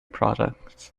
products